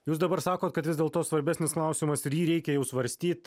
jūs dabar sakot kad vis dėlto svarbesnis klausimas ir jį reikia jau svarstyt